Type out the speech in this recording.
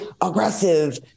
aggressive